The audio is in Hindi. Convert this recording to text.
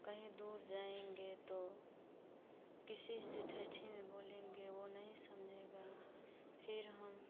कहीं दूर जाएँगे तो किसी से ठेठी में बोलेंगे वह नहीं समझेगा फिर हम